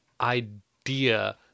idea